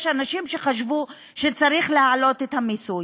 יש אנשים שחשבו שצריך להעלות את המיסוי,